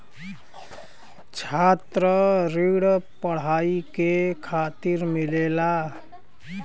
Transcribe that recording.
छात्र ऋण पढ़ाई के खातिर मिलेला